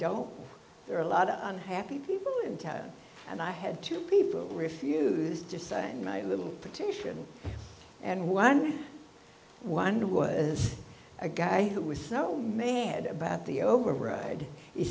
don't there are a lot of unhappy people in town and i had two people refuse to sign my little petition and one wonder was a guy who was snow man about the override he